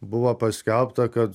buvo paskelbta kad